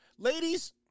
Ladies